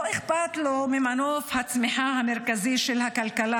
לא אכפת לו ממנוף הצמיחה המרכזי של הכלכלה